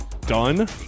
done